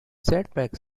setbacks